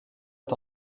est